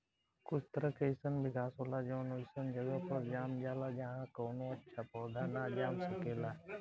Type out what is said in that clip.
कुछ तरह के अईसन भी घास होला जवन ओइसन जगह पर जाम जाला जाहा कवनो अच्छा पौधा ना जाम सकेला